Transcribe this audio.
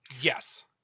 yes